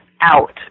out